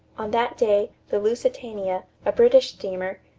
on that day, the lusitania, a british steamer,